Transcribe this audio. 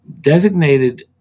designated